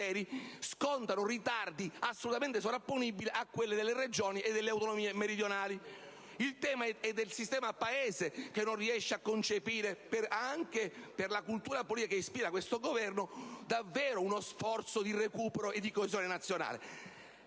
scontano ritardi assolutamente sovrapponibili a quelli delle Regioni e delle autonomie meridionali. Il fatto è che in termini di sistema Paese non si riesce a concepire davvero, anche per la cultura politica che ispira questo Governo, uno sforzo di recupero e di coesione nazionale.